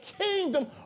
kingdom